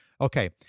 Okay